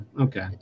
Okay